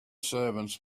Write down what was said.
servants